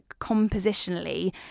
compositionally